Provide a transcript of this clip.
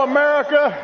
America